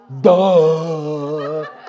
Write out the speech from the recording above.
Duh